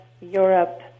Europe